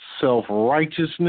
self-righteousness